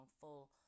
full